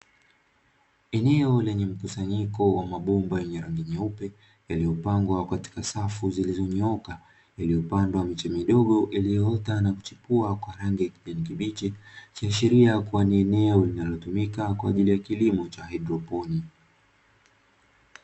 Eneo lenye mkusanyiko wa mabomba yenye rangi nyeupe, yaliyopangwa katika safu zilizonyooka, yaliyopandwa miche midogo iliyoota na kuchipua kwa rangi ya kijani kibichi, ikiashiria kuwa ni eneo linalotumika kwa ajili ya kilimo cha haidroponi.